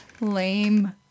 Lame